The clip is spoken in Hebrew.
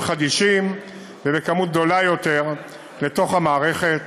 חדישים ובכמות גדולה יותר לתוך המערכת.